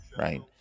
Right